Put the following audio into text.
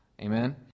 Amen